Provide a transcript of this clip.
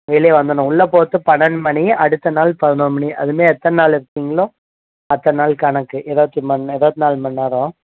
வெளியே வந்துடணும் உள்ளே போவது பன்னெண்டு மணி அடுத்த நாள் பதினொரு மணி அது மாரி எத்தனை நாள் இருக்கீங்களோ அத்தனை நாள் கணக்கு இருபத்தி மணி இருபத்தி நாலு மணி நேரம்